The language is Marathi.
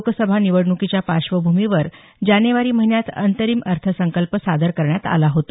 लोकसभा निवडणूकीच्या पार्श्वभूमीवर जानेवारी महिन्यात अंतरिम अर्थसंकल्प सादर करण्यात आला होता